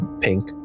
pink